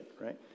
right